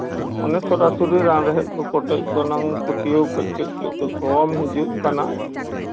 ᱚᱱᱮ ᱥᱚᱨᱟᱥᱚᱨᱤ ᱨᱟᱱ ᱨᱮᱦᱮᱫ ᱠᱚ ᱠᱚᱴᱮᱡ ᱜᱚᱱᱟᱝ ᱯᱟᱹᱛᱭᱟᱹᱣ ᱠᱟᱹᱡᱼᱠᱟᱹᱡ ᱛᱮ ᱠᱚᱢ ᱦᱤᱡᱩᱜ ᱠᱟᱱᱟ